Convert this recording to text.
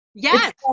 Yes